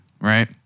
right